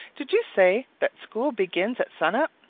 did you say that school begins at sun-up?